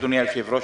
אדוני היושב-ראש,